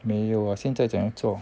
没有啊现在怎样做